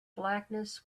blackness